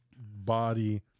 body